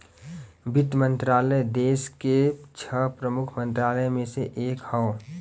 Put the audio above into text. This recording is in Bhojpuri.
वित्त मंत्रालय देस के छह प्रमुख मंत्रालय में से एक हौ